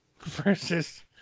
Versus